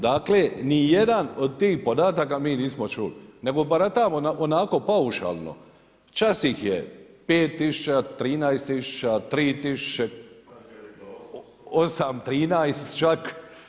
Dakle ni jedan od tih podataka mi nismo čuli nego baratamo onako paušalno, čas ih je 5 tisuća, 13 tisuća, 3 tisuće, 8, 13 čak.